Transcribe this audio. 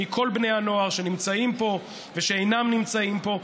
מכל בני הנוער שנמצאים פה ושאינם נמצאים פה,